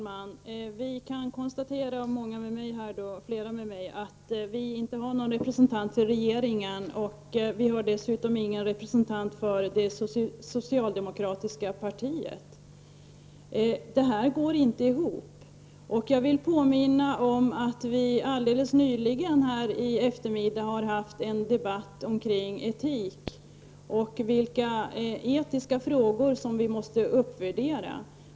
Herr talman! Jag och flera med mig kan konstatera att det här inte finns någon representant vare sig för regeringen eller för det socialdemokratiska partiet. Detta går inte ihop. Jag vill påminna om att det i eftermiddags fördes en debatt här om etik och vilka etiska frågor som måste uppvärderas.